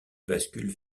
bascule